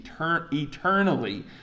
eternally